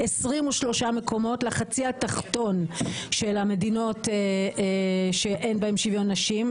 23 מקומות לחצי התחתון של המדינות שאין בהן שוויון לנשים,